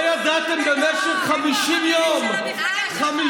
לא ידעתם במשך 50 יום --- איפה החברים של המפלגה שלך?